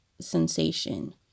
sensation